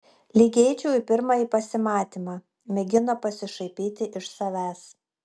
lyg eičiau į pirmąjį pasimatymą mėgino pasišaipyti iš savęs